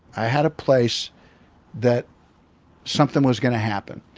i had a place that something was going to happen.